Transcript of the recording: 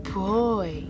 boy